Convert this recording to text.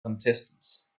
contestants